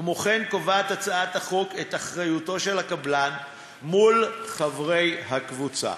כמו כן הצעת החוק קובעת את אחריותו של הקבלן כלפי חברי הקבוצה.